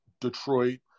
Detroit